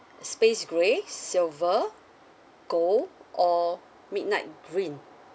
space grey silver gold or midnight green